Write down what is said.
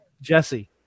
Jesse